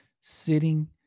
sitting